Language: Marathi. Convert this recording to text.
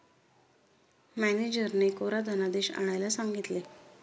मॅनेजरने कोरा धनादेश आणायला सांगितले